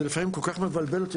לפעמים זה כל-כך מבלבל אותי,